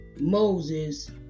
Moses